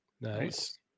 Nice